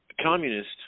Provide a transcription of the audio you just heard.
communist